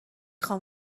خوام